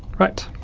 right,